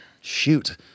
shoot